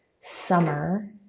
summer